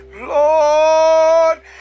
Lord